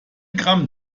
gramm